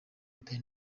dany